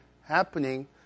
happening